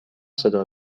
صدا